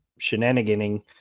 shenaniganing